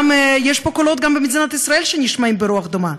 וגם במדינת ישראל נשמעים קולות ברוח דומה.